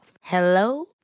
Hello